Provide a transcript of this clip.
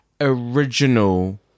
original